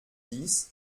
dix